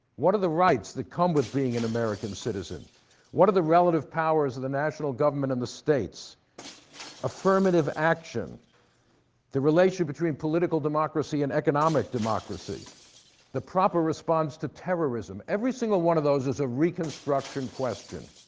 what are the rights that come with being an american citizen what are the relative powers of the national government and the states affirmative action the relation between political democracy and economic democracy the proper response to terrorism. every single one of those is a reconstruction question,